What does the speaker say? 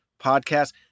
podcast